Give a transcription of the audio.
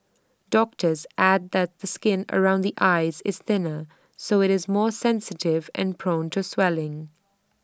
doctors add that the skin around the eyes is thinner so IT is more sensitive and prone to swelling